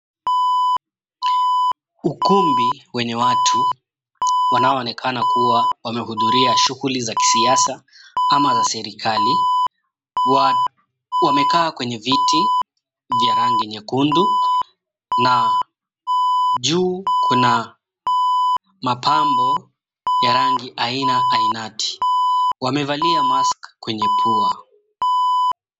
Ukumbi wenye watu wanaonekana kuwa wamehudhuria shughuli za siasa ama za serikali. Wamekaa kwenye viti vya rangi nyekundu na juu kuna mapambo ya rangi aina ainati. Wamevalia mask kwenye pua.